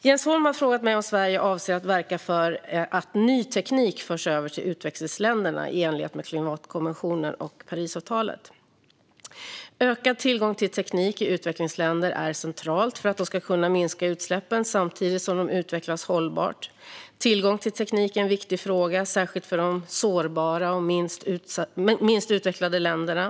Jens Holm har frågat mig om Sverige avser att verka för att ny teknik förs över till utvecklingsländerna i enlighet med klimatkonventionen och Parisavtalet. Ökad tillgång till teknik i utvecklingsländer är centralt för att de ska kunna minska utsläppen samtidigt som de utvecklas hållbart. Tillgång till teknik är en viktig fråga, särskilt för de sårbara och minst utvecklade länderna.